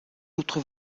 autre